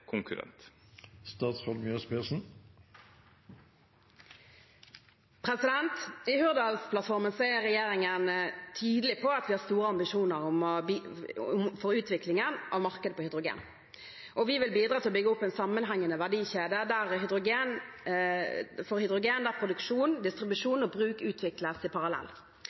I Hurdalsplattformen er regjeringen tydelig på at vi har store ambisjoner for utviklingen av markedet for hydrogen. Vi vil bidra til å bygge opp en sammenhengende verdikjede for hydrogen der produksjon, distribusjon og bruk utvikles i parallell.